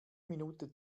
minute